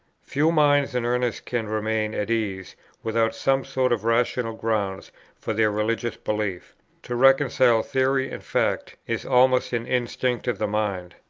few minds in earnest can remain at ease without some sort of rational grounds for their religious belief to reconcile theory and fact is almost an instinct of the mind.